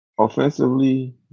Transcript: Offensively